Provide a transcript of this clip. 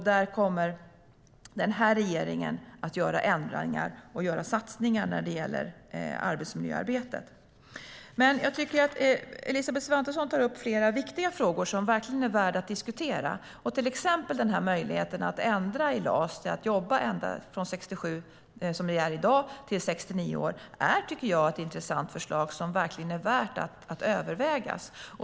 Den här regeringen kommer att göra ändringar och satsningar i arbetsmiljöarbetet. Men jag tycker att Elisabeth Svantesson tar upp flera viktiga frågor som verkligen är värda att diskutera, till exempel möjligheten att ändra i LAS från 67 år, som det är i dag, till 69 år. Det tycker jag är ett intressant förslag som verkligen är värt att övervägas.